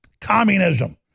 Communism